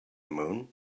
moon